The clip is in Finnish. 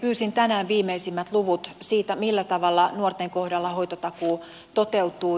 pyysin tänään viimeisimmät luvut siitä millä tavalla nuorten kohdalla hoitotakuu toteutuu